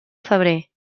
febrer